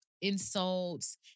insults